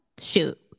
shoot